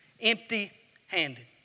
empty-handed